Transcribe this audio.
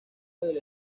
del